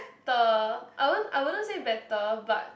the I won't I wouldn't say better but